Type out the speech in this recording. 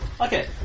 Okay